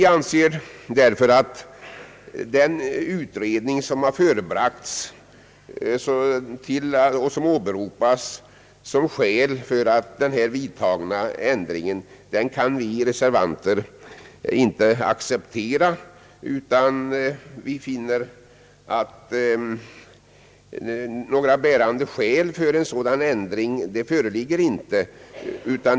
Den utredning som förebragts och som åberopas som skäl för den vidtagna ändringen kan vi reservanter inte acceptera. Vi har funnit att det inte föreligger några bärande skäl för en sådan ändring.